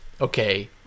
okay